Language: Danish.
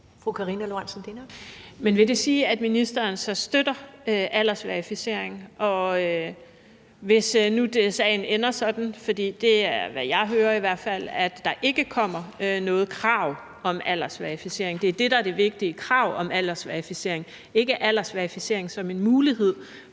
Men vil det så sige, at ministeren støtter aldersverificering? Og hvis nu sagen ender sådan, for det er i hvert fald, hvad jeg hører, at der ikke kommer noget krav om aldersverificering – det er krav om aldersverificering, der er det vigtige, ikke aldersverificering som en mulighed